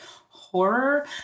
horror